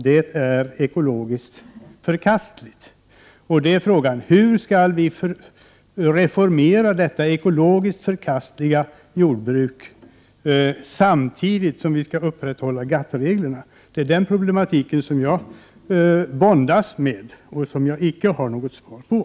Det är ekologiskt förkastligt. Hur skall vi reformera detta ekologiskt förkastliga jordbruk, samtidigt som vi skall upprätthålla GATT-reglerna? Det är den frågan som jag våndas med och som jag icke har något svar på.